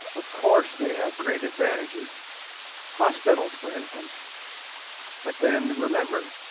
of course they have great advantages hospitals for instance but then, remember,